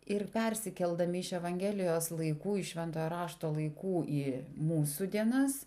ir persikeldami iš evangelijos laikų į šventojo rašto laikų į mūsų dienas